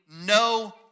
no